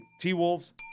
T-Wolves